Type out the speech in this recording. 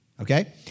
okay